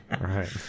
Right